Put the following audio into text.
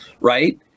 Right